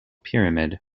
pyramid